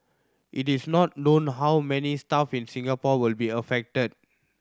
it is not known how many staff in Singapore will be affected